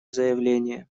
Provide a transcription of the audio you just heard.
заявление